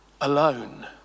alone